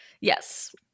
Yes